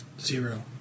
Zero